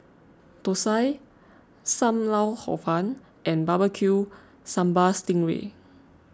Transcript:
Thosai Sam Lau Hor Fun and Barbecue Sambal Sting Ray